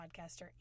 podcaster